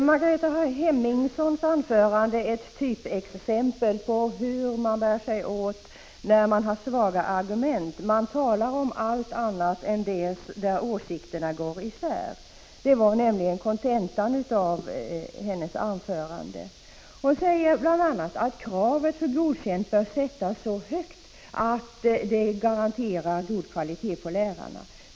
Herr talman! Margareta Hemmingssons anförande är ett typexempel på hur man bär sig åt när man har svaga argument: man talar om allt annat än det varom åsikterna går isär. Det var nämligen kontentan av hennes anförande. Margareta Hemmingsson säger bl.a. att kraven för Godkänt bör sättas så högt att de garanterar god kvalitet på lärarna.